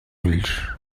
ulls